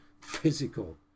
physical